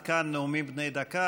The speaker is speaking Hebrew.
עד כאן נאומים בני דקה.